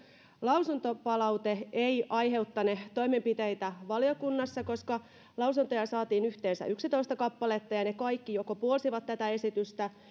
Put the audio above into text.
lausuntopalaute ei aiheuttane toimenpiteitä valiokunnassa koska lausuntoja saatiin yhteensä yksitoista kappaletta ja ne kaikki joko puolsivat tätä esitystä